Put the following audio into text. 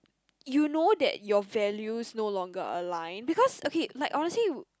you know that your values no longer align because okay like honestly